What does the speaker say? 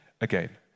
again